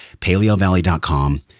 Paleovalley.com